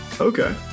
Okay